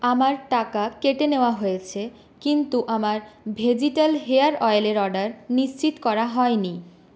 আমার টাকা কেটে নেওয়া হয়েছে কিন্তু আমার ভেজিটাল হেয়ার অয়েলের অর্ডার নিশ্চিত করা হয়নি